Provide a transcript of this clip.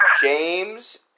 James